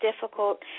difficult